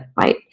right